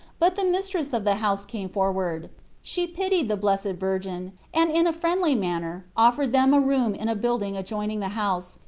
but the mistress of the house came forward she pitied the blessed virgin, and in a friendly manner offered them a room in a building adjoin ing the house,